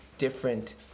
Different